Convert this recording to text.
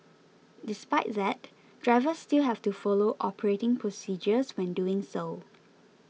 despite that drivers still have to follow operating procedures when doing so